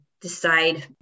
decide